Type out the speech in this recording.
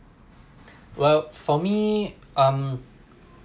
well for me um